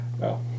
No